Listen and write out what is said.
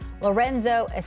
Lorenzo